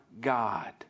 God